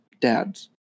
dads